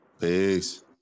Peace